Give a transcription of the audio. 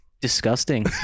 Disgusting